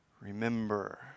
Remember